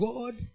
God